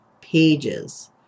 pages